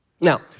Now